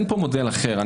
אין פה מודל אחר.